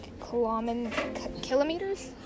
kilometers